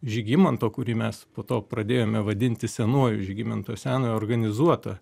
žygimanto kurį mes po to pradėjome vadinti senuoju žygimanto senojo organizuota